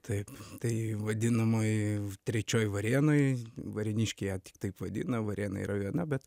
taip tai vadinamoj trečioj varėnoj varėniškiai ją taip vadina varėna yra viena bet